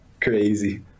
crazy